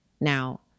Now